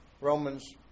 Romans